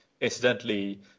incidentally